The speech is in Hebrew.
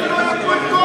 לא נתתי לו ייפוי כוח